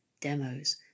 Demos